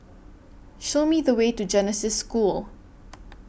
Show Me The Way to Genesis School